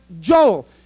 Joel